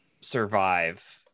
survive